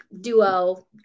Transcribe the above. duo